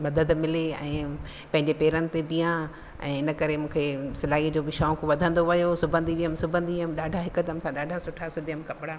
मदद मिले ऐं पंहिंजे पेरनि ते बीहां ऐं इन करे मूंखे सिलाईअ जो बि शौक़ु वधंदो वियो सिबंदी वियमि सिबंदी वियमि ॾाढा हिकदमि सां ॾाढा सुठा सिबियमि कपिड़ा